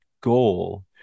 goal